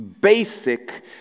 basic